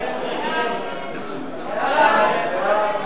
ההצעה להסיר מסדר-היום את